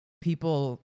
people